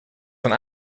van